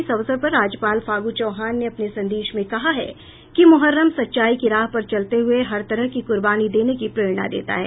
इस अवसर पर राज्यपाल फागू चौहान ने अपने संदेश में कहा है कि मुहर्रम सच्चाई की राह पर चलते हुए हर तरह की कुर्बानी देने की प्रेरणा देता है